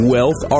Wealth